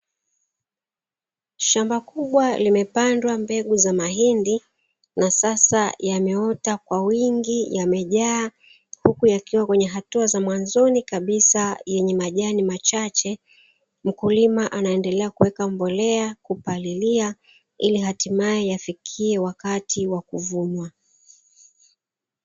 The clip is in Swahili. Shamba kubwa limepandwa mbegu za mahindi na sasa yameota kwa wingi, yamejaa huku yakiwa kwenye hatua za mwanzoni kabisa, yenye majani machache, mkulima anaendelea kuweka mbolea, kupalilia, ili hatimaye yafikie wakati wa kuvunwa.